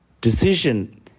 decision